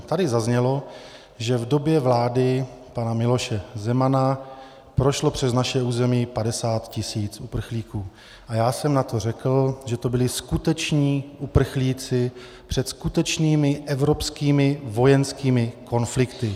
Tady zaznělo, že v době vlády pana Miloše Zemana prošlo přes naše území 50 tisíc uprchlíků, a já jsem na to řekl, že to byli skuteční uprchlíci před skutečnými evropskými vojenskými konflikty.